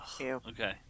Okay